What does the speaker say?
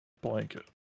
blanket